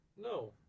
No